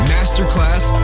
Masterclass